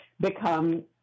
become